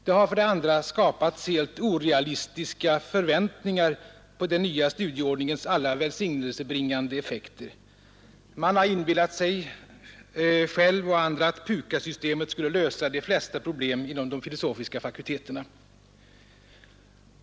Det har för det andra skapats helt orealistiska förväntningar på den nya studieordningens alla välsignelsebringande effekter. Man har inbillat sig själv och andra att PUKAS-systemet skulle lösa de flesta problem inom de filosofiska fakulteterna.